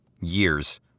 Years